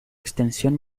extensión